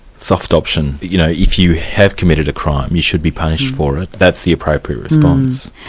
soft option, you know, if you have committed a crime, you should be punished for it, that's the appropriate response.